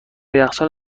یخچال